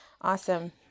Awesome